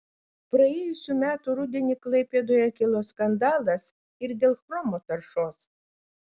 praėjusių metų rudenį klaipėdoje kilo skandalas ir dėl chromo taršos